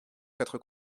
quatre